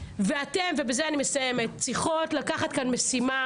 ואתן ובזה אני מסיימת, צריכות לקחת כאן משימה